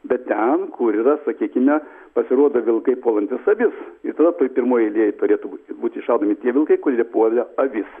bet ten kur yra sakykime pasirodo vilkai puolantys avis ir tada toj pirmoj eilėj turėtų būti šaudomi tie vilkai kurie puola avis